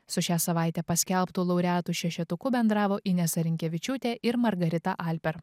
su šią savaitę paskelbtų laureatų šešetuku bendravo inesa rinkevičiūtė ir margarita alper